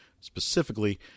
specifically